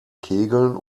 kegeln